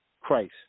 Christ